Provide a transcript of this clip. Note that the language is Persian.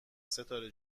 ستاره